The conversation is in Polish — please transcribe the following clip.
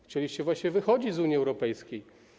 Chcieliście właściwie wychodzić z Unii Europejskiej.